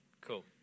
Cool